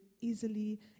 easily